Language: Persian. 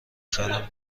خرم